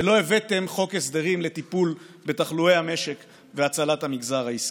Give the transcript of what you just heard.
ולא הבאתם חוק הסדרים לטיפול בתחלואי המשק ולהצלת המגזר העסקי.